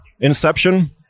inception